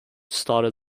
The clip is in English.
started